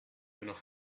enough